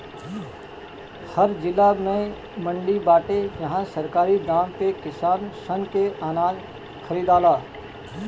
हर जिला में मंडी बाटे जहां सरकारी दाम पे किसान सन के अनाज खरीदाला